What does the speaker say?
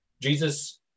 Jesus